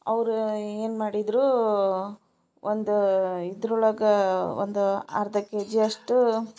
ಅವ್ರು ಏನು ಮಾಡಿದರೂ ಒಂದು ಇದ್ರೊಳ್ಗೆ ಒಂದು ಅರ್ಧ ಕೆ ಜಿಯಷ್ಟು